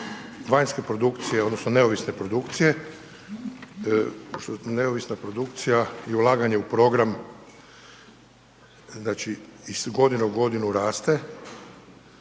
vanjske produkcije odnosno neovisne produkcije, neovisna produkcija i ulaganje u program znači iz godine u godinu raste